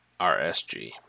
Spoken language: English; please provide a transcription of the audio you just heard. RSG